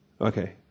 Okay